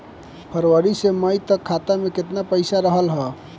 फरवरी से मई तक खाता में केतना पईसा रहल ह?